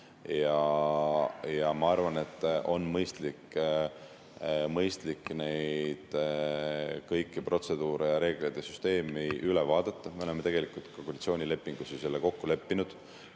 Ja ma arvan, et on mõistlik kõik need protseduurid ja reeglid ja süsteem üle vaadata. Me oleme tegelikult ka koalitsioonilepingus kokku leppinud,